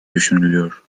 düşünülüyor